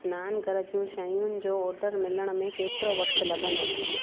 स्नानुघरु जूं शयुनि जो ऑर्डर मिलण में केतिरो वक़्तु लॻंदो